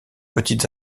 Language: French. petites